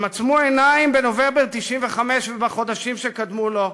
הם עצמו עיניים בנובמבר 1995 ובחודשים שקדמו לו.